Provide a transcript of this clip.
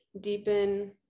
deepen